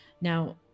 Now